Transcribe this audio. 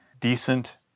decent